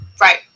Right